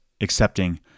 accepting